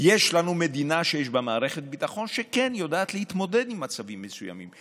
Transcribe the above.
יש לנו מדינה שיש בה מערכת ביטחון שכן יודעת להתמודד עם מצבים מסוימים.